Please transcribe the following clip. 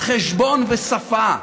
חשבון ושפה,